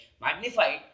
Magnified